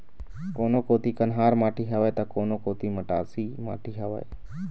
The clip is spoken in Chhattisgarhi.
कोनो कोती कन्हार माटी हवय त, कोनो कोती मटासी माटी हवय